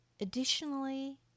Additionally